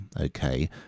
okay